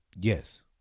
yes